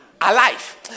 alive